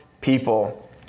people